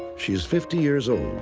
she's fifty years old,